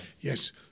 Yes